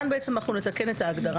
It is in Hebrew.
כאן נתקן את ההגדרה,